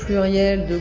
billion